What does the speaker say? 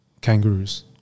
kangaroos